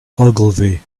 ogilvy